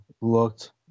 looked